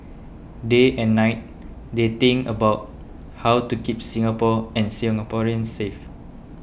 day and night they think about how to keep Singapore and Singaporeans safe